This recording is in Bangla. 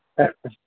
আচ্ছা